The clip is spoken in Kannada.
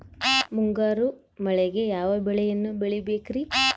ಮುಂಗಾರು ಮಳೆಗೆ ಯಾವ ಬೆಳೆಯನ್ನು ಬೆಳಿಬೇಕ್ರಿ?